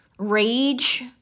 rage